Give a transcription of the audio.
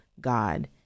God